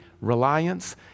reliance